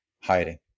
hiding